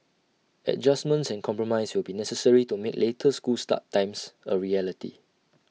adjustments and compromise will be necessary to make later school start times A reality